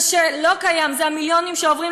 מה שלא קיים זה השקיפות של המיליונים שעוברים